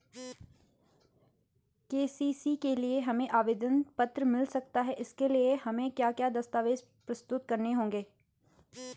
KCC के लिए हमें आवेदन पत्र मिल सकता है इसके लिए हमें क्या क्या दस्तावेज़ प्रस्तुत करने होंगे?